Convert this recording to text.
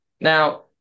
now